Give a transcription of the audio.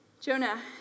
Jonah